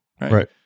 right